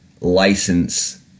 license